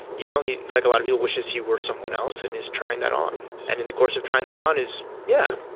you know, he, like a lot of people, wishes he were someone else and is trying that on. and in the course of trying that on is, yeah,